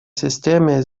системы